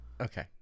Okay